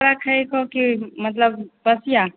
तोरा कहैके हो कि मतलब बसिआ